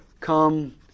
Come